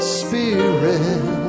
spirit